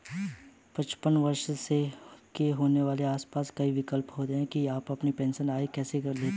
पचपन वर्ष के होने पर आपके पास कई विकल्प होते हैं कि आप अपनी पेंशन आय कैसे लेते हैं